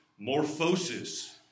morphosis